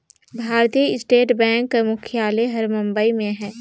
भारतीय state bank कर मुख्यालय हर बंबई में अहे